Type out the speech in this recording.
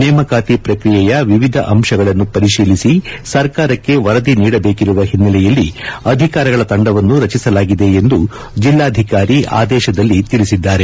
ನೇಮಕಾತಿ ಪ್ರಕ್ರಿಯೆಯ ವಿವಿಧ ಅಂಶಗಳನ್ನು ಪರಿಶೀಲಿಸಿ ಸರ್ಕಾರಕ್ಕೆ ವರದಿ ನೀಡಬೇಕಿರುವ ಹಿನ್ನಲೆಯಲ್ಲಿ ಅಧಿಕಾರಿಗಳ ತಂಡವನ್ನು ರಚಿಸಲಾಗಿದೆ ಎಂದು ಜಿಲ್ಲಾಧಿಕಾರಿ ಆದೇಶದಲ್ಲಿ ತಿಳಿಸಿದ್ದಾರೆ